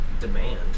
demand